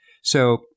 So-